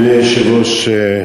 אדוני היושב-ראש,